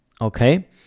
okay